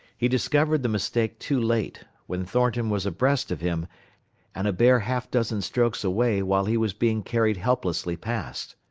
he discovered the mistake too late, when thornton was abreast of him and a bare half-dozen strokes away while he was being carried helplessly past.